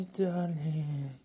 darling